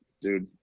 dude